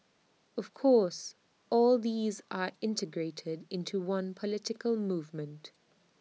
of course all these are integrated into one political movement